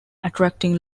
attracting